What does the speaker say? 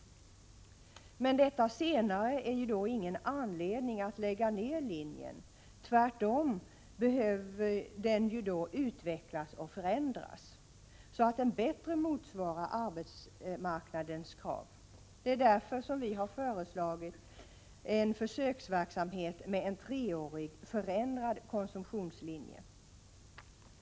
Detta senare är emellertid inget skäl för att lägga ner linjen. Tvärtom bör den utbildningslinjen utvecklas och förändras, så att den bättre motsvarar arbetsmarknadens krav. Vi har därför föreslagit en försöksverksamhet med en treårig förändrad konsumtionslinje.